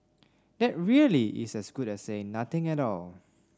that really is as good as saying nothing at all